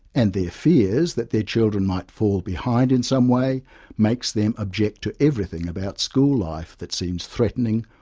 and their fears that their children might fall behind in some way makes them object to everything about school life that seems threatening,